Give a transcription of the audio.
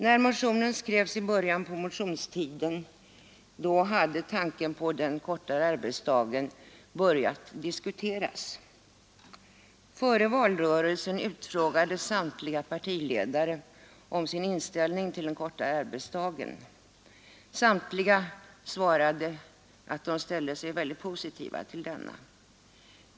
När motionen skrevs i början på motionstiden, hade tanken på den kortare arbetsdagen börjat diskuteras. Före höstens valrörelse utfrågades samtliga partiledare om sin inställning till den kortare arbetsdagen. Alla svarade att de ställde sig mycket positiva till denna.